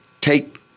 take